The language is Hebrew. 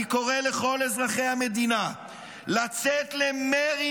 אני קורא לא אזרחי המדינה לצאת למרי